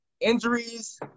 injuries